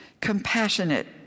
compassionate